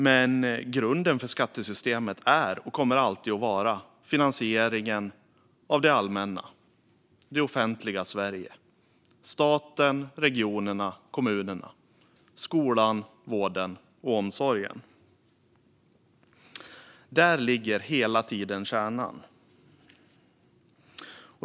Men grunden för skattesystemet är och kommer alltid att vara finansieringen av det allmänna, det offentliga Sverige: staten, regionerna och kommunerna. Skolan, vården och omsorgen - där ligger hela tiden kärnan.